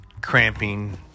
cramping